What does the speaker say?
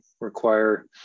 require